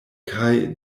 kaj